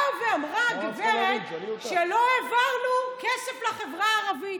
באה ואמרה הגברת שלא העברנו כסף לחברה הערבית.